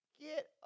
Get